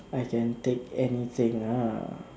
I can take anything ah